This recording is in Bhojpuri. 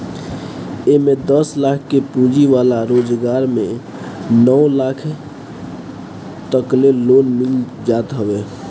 एमे दस लाख के पूंजी वाला रोजगार में नौ लाख तकले लोन मिल जात हवे